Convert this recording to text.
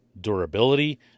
durability